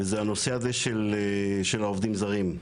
וזה הנושא של העובדים הזרים.